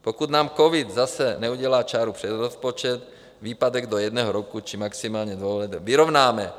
Pokud nám covid zase neudělá čáru přes rozpočet, výpadek do jednoho roku či maximálně dvou let vyrovnáme.